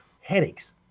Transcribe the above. headaches